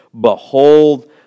Behold